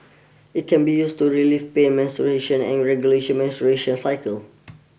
it can be used to relieve pain menstruation and regulate menstruation cycle